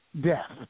death